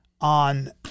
on